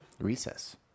recess